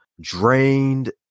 drained